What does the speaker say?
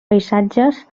paisatges